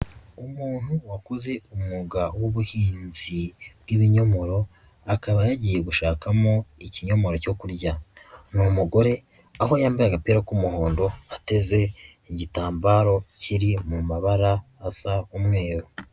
Umuntu wakoze umwuga w'ubuhinzi bw'ibinyomoro, akaba yagiye gushakamo ikinyomoro cyo kurya, ni umugore aho yambaye agapira k'umuhondo ateze igitambaro kiri mu mabara asa umweru.